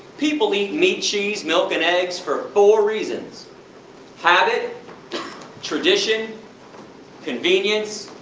people eat meat, cheese, milk and eggs for four reasons habit tradition convenience